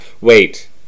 Wait